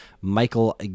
Michael